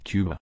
Cuba